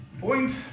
Point